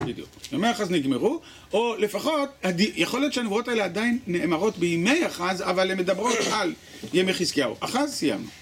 ימי אחז נגמרו, או לפחות יכול להיות שהנבואות האלה עדיין נאמרות בימי אחז, אבל הן מדברות על ימי חזקיהו. אחז סיימנו.